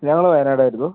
ഞങ്ങൾ വയനാട് ആയിരുന്നു